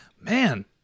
man